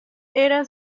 era